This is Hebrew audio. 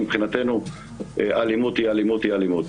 מבחינתו, אלימות היא אלימות, היא אלימות.